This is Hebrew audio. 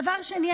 דבר שני,